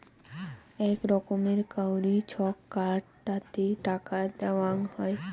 আক রকমের কাউরি ছক্ত কার্ড তাতে টাকা দেওয়াং হই